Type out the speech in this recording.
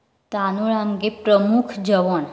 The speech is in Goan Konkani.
तांदूळ आमगे प्रमुख जेवण